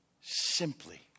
Simply